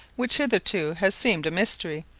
which hitherto has seemed a mystery,